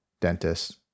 dentist